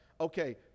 okay